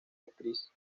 actriz